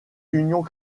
unions